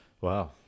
wow